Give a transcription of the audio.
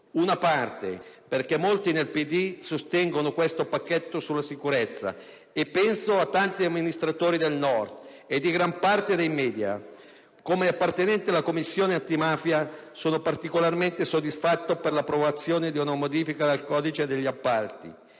(una parte, perché molti nel Partito Democratico sostengono questo pacchetto sulla sicurezza, e penso a tanti amministratori del Nord) e di una gran parte dei *media*. Come appartenente alla Commissione antimafia, sono particolarmente soddisfatto per l'approvazione di una modifica al codice degli appalti